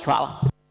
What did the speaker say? Hvala.